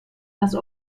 das